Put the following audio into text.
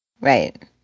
Right